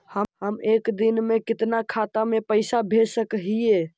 हम एक दिन में कितना खाता में पैसा भेज सक हिय?